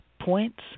points